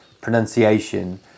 pronunciation